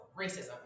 racism